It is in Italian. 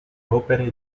opere